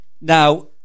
Now